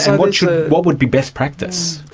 and what yeah what would be best practice?